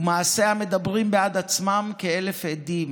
ומעשיה מדברים בעד עצמם כאלף עדים.